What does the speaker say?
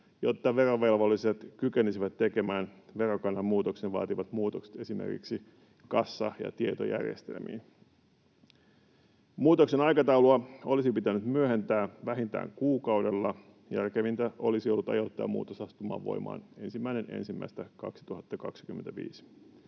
jotta verovelvolliset kykenisivät tekemään verokannan muutoksen vaatimat muutokset esimerkiksi kassa- ja tietojärjestelmiin. Muutoksen aikataulua olisi pitänyt myöhentää vähintään kuukaudella. Järkevintä olisi ollut ajoittaa muutos astumaan voimaan 1.1.2025.